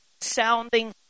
sounding